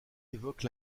évoque